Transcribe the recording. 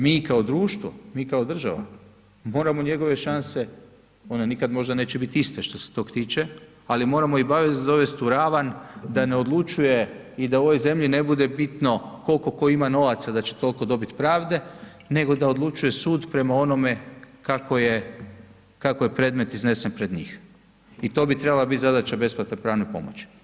Mi kao društvo, mi kao država moramo njegove šanse one nikada možda neće biti iste što se toga tiče, ali moramo ih barem dovesti u ravan da ne odlučuje i da u ovoj zemlji ne bude bitno koliko tko ima novaca da će toliko dobiti pravde, nego da odlučuje sud prema onome kako je predmet iznesen pred njih i to bi trebala biti zadaća besplatne pravne pomoći.